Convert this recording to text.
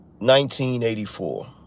1984